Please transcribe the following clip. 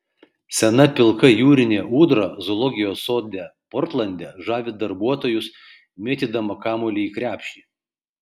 sena pilka jūrinė ūdra zoologijos sode portlande žavi darbuotojus mėtydama kamuolį į krepšį